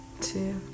two